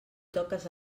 toques